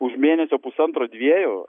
už mėnesio pusantro dviejų